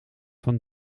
van